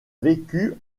vécu